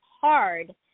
hard